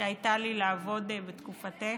שהייתה לי לעבוד בתקופתך,